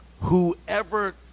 Whoever